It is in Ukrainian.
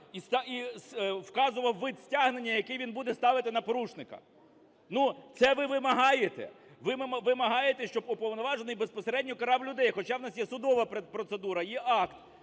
і вказував вид стягнення, який він буде ставити на порушника. Ну, це ви вимагаєте, ви вимагаєте, щоб уповноважений безпосередньо карав людей, хоча в нас є судова процедура, є акт.